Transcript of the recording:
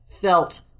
felt